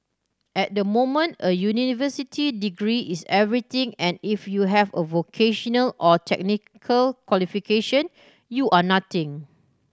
at the moment a university degree is everything and if you have a vocational or technical qualification you are nothing